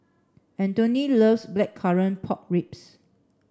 Anthoney loves blackcurrant pork ribs